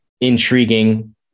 intriguing